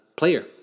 Player